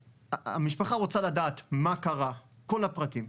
המשפחה רוצה לדעת מה קרה, את כל הפרטים.